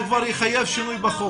זה כבר יחייב שינוי בחוק.